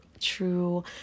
true